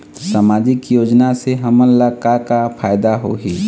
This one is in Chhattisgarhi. सामाजिक योजना से हमन ला का का फायदा होही?